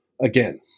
again